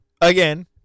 again